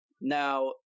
Now